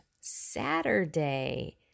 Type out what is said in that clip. Saturday